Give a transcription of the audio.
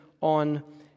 on